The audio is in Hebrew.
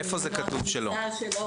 איפה זה כתוב שלא?